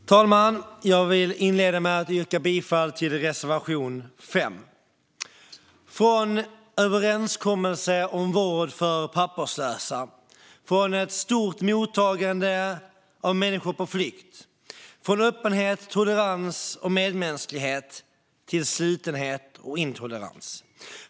Fru talman! Jag vill inleda med att yrka bifall till reservation 5. Från överenskommelse om vård för papperslösa, från ett stort mottagande av människor på flykt och från öppenhet, tolerans och medmänsklighet till slutenhet och intolerans.